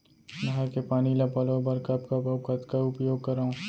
नहर के पानी ल पलोय बर कब कब अऊ कतका उपयोग करंव?